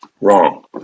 Wrong